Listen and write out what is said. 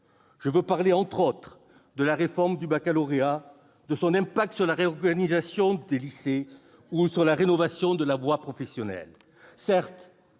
Je veux parler, notamment, de la réforme du baccalauréat, de ses effets sur la réorganisation des lycées ou de la rénovation de la voie professionnelle.